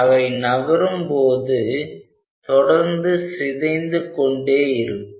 அவை நகரும் போது தொடர்ந்து சிதைந்து கொண்டே இருக்கும்